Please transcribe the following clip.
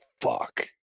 fuck